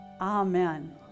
Amen